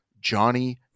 Johnny